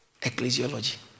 Ecclesiology